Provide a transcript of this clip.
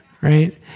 Right